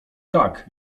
tak